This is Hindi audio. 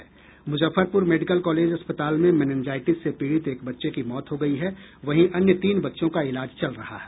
मूजफ्फरपूर मेडिकल कॉलेज अस्पताल में मेनिंजाइटिस से पीड़ित एक बच्चे की मौत हो गयी है वहीं अन्य तीन बच्चों का इलाज चल रहा है